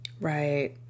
Right